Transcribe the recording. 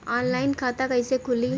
Online खाता कइसे खुली?